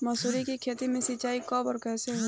मसुरी के खेती में सिंचाई कब और कैसे होला?